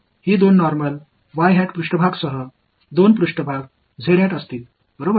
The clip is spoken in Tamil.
இதேபோல் அவைகள் இயல்பான இரண்டு மேற்பரப்புகளுடன் இரண்டு மேற்பரப்புகளுடன் இருக்கும்